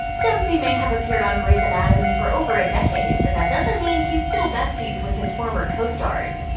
dempsey may have appeared on grey's anatomy for over a decade, but that doesn't mean he's still besties with his former co-stars.